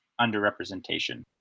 underrepresentation